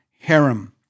harem